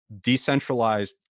decentralized